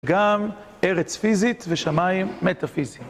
גם ארץ פיזית ושמיים מטאפיזיים.